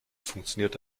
funktioniert